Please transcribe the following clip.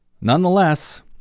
Nonetheless